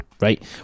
right